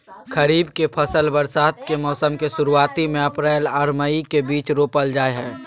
खरीफ के फसल बरसात के मौसम के शुरुआती में अप्रैल आर मई के बीच रोपल जाय हय